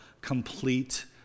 complete